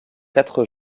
quatre